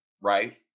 Right